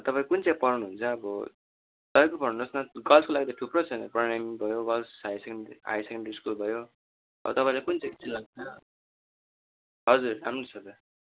तपाईँ कुन चाहिँ पढाउनु हुन्छ अब तपाईँकै न गर्ल्सको लगि त थुप्रो छ नि प्रणामी भयो girls high secondary high secondary school भयो अब तपाईँलाई कुन चाहिँ इच्छा लाग्छ हजुर राम्रो छ त